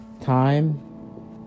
time